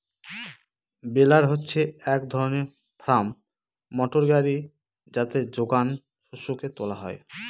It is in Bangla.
বেলার হচ্ছে এক ধরনের ফার্ম মোটর গাড়ি যাতে যোগান শস্যকে তোলা হয়